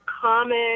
common